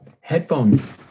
headphones